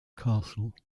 castle